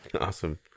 Awesome